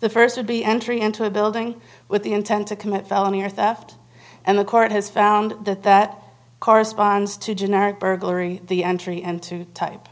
the first would be entry into a building with the intent to commit felony or theft and the court has found that that corresponds to generic burglary the entry into type